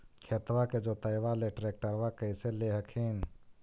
खेतबा के जोतयबा ले ट्रैक्टरबा कैसे ले हखिन?